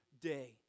day